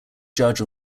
judge